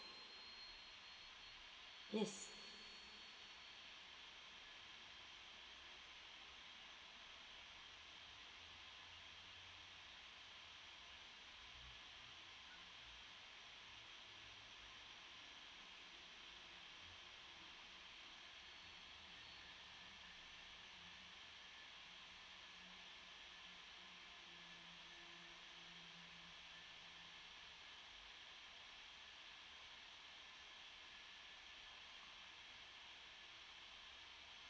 yes